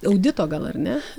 audito gal ar ne